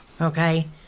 okay